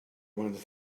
ones